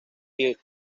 heart